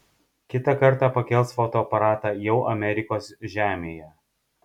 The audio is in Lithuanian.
kitą kartą pakels fotoaparatą jau amerikos žemėje